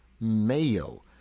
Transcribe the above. Mayo